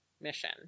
mission